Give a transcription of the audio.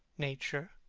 nature,